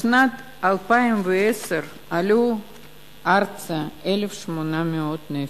בשנת 2010 עלו ארצה 1,800 נפש.